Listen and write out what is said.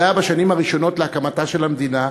זה היה בשנים הראשונות להקמת המדינה,